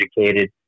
educated